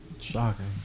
Shocking